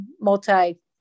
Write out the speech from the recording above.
multi-